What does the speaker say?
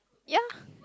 ya